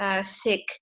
sick